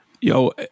Yo